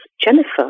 Jennifer